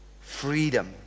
Freedom